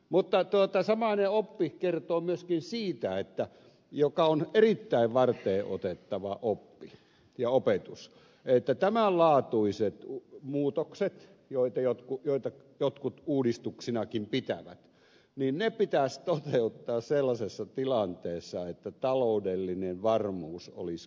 mutta samainen oppi kertoo myöskin siitä mikä on erittäin varteenotettava oppi ja opetus että tämän laatuiset muutokset joita jotkut uudistuksinakin pitävät pitäisi toteuttaa sellaisessa tilanteessa että taloudellinen varmuus olisi kohtalainen